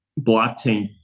blockchain